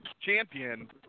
champion